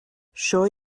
sure